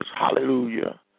hallelujah